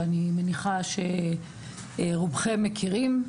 שאני מניחה שרובכם מכירים,